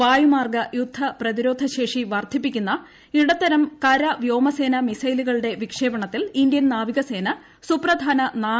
വായു മാർഗ്ഗ യുദ്ധ പ്രതിരോധ ശേഷി വർദ്ധിപ്പിക്കുന്ന ഇടത്തരം കര വ്യോമസേന മിസൈലുകളുടെ വിക്ഷേപണത്തിൽ ഇന്ത്യൻ നാവികസേന സൂപ്രധാന നാഴികക്കല്ല് പിന്നിട്ടു